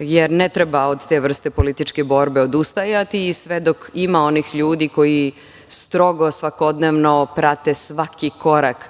jer ne treba od te vrste političke borbe odustajati i sve dok ima onih ljudi koji strogo svakodnevno prate svaki korak